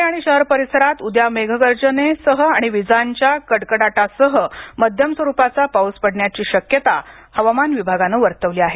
पुणे आणि शहर परिसरात उद्या मेघगर्जना आणि विजांच्या कडकडाटासह मध्यम स्वरूपाचा पाऊस पडण्याची शक्यता हवामान विभागाने वर्तवली आहे